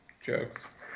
jokes